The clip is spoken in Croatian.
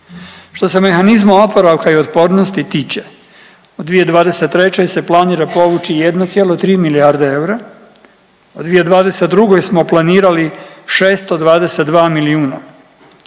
Što se mehanizma oporavka i otpornosti tiče u 2023. se planira povući 1,3 milijarde eura, a u 2022. smo planirali 622 milijuna,